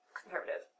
conservative